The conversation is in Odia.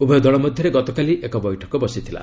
ଉଭୟ ଦଳ ମଧ୍ୟରେ ଗତକାଲି ଏକ ବୈଠକ ବସିଥିଲା